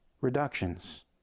reductions